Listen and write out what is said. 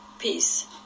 Peace